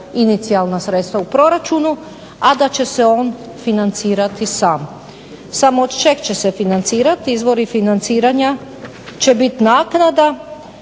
inicijalna sredstva u proračunu, a da će se on financirati sam. Samo od čeg će se financirati? Izvori financiranja će biti naknada,